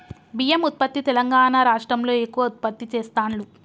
బియ్యం ఉత్పత్తి తెలంగాణా రాష్ట్రం లో ఎక్కువ ఉత్పత్తి చెస్తాండ్లు